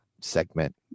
segment